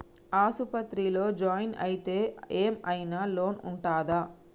ఆస్పత్రి లో జాయిన్ అయితే ఏం ఐనా లోన్ ఉంటదా?